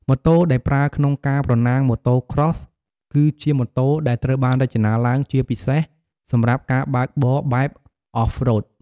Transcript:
ម៉ូតូដែលប្រើក្នុងការប្រណាំង Motocross គឺជាម៉ូតូដែលត្រូវបានរចនាឡើងជាពិសេសសម្រាប់ការបើកបរបែប Off-road ។